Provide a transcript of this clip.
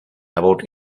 about